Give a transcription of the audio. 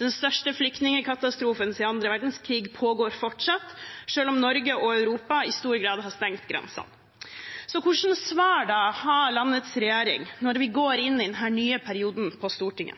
Den største flyktningkatastrofen siden annen verdenskrig pågår fortsatt, selv om Norge og Europa i stor grad har stengt grensene. Så hvilket svar har da landets regjering når vi går inn i denne nye perioden på Stortinget?